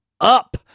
Up